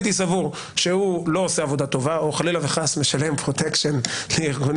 שהוא לא עושה עבודה טובה או חלילה וחס משלם פרוטקשן לארגוני